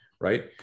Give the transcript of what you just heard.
right